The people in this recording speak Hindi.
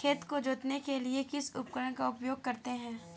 खेत को जोतने के लिए किस उपकरण का उपयोग करते हैं?